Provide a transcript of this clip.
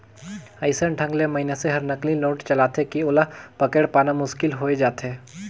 अइसन ढंग ले मइनसे हर नकली नोट चलाथे कि ओला पकेड़ पाना मुसकिल होए जाथे